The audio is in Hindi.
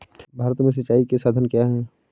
भारत में सिंचाई के साधन क्या है?